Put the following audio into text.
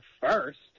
first